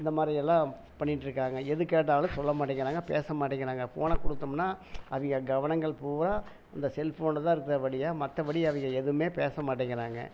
இந்த மாதிரி எல்லாம் பண்ணிட்டு இருக்காங்க எது கேட்டாலும் சொல்ல மாட்டேங்கிறாங்க பேச மாட்டேங்கிறாங்க ஃபோனை கொடுத்தமுன்னா அவிங்க கவனங்கள் பூராக அந்த செல்ஃபோனில் தான் இருக்கறபடியா மற்றபடி அவிங்க எதுமே பேச மாட்டேங்கிறாங்க